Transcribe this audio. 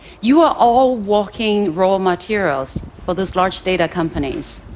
you are all walking raw materials for those large data companies,